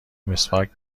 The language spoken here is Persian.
مسواک